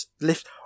lift